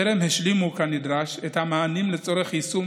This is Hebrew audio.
טרם השלימו כנדרש את המענים לצורך יישום